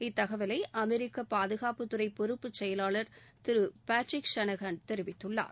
இத்தகவலை அமெரிக்கா பாதுகாப்புத்துறை பொறுப்பு செயலாளா் திரு பேட்ரிக் ஷனகன் தெரிவித்துள்ளார்